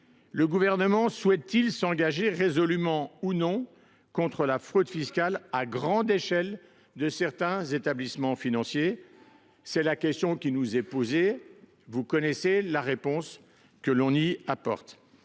Le Gouvernement souhaite t il s’engager résolument ou non contre la fraude fiscale à grande échelle de certains établissements financiers ? C’est la question qui nous est posée. Vous connaissez la réponse que nous y apportons.